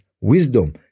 wisdom